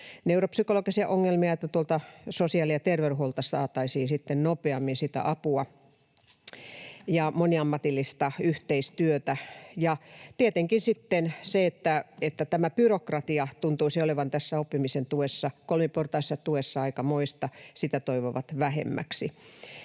neuropsykologisia ongelmia, niin sosiaali- ja terveydenhuollolta saataisiin sitten nopeammin sitä apua ja moniammatillista yhteistyötä. Ja tietenkin sitten on se, että tämä byrokratia tuntuisi olevan tässä oppimisen tuessa, kolmiportaisessa tuessa, aikamoista. Sitä toivovat vähemmäksi.